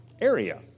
area